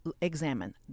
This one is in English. examine